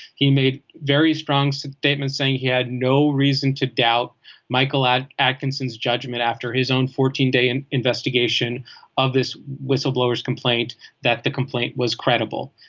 he made very strong statements saying he had no reason to doubt michael at atkinson's judgment after his own fourteen day and investigation of this whistleblower's complaint that the complaint was credible.